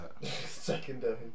Secondary